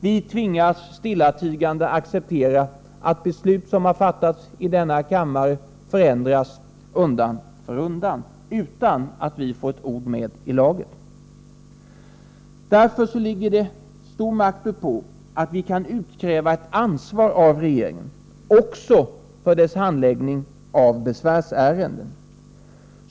Vi tvingas acceptera att beslut som har fattats i denna kammare förändras undan för undan, utan att vi får ett ord med i laget. Därför ligger det stor makt uppå att vi kan utkräva ett ansvar av regeringen, också för dess handläggning av besvärsärenden.